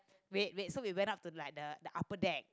wait wait so we went up to like the the upper deck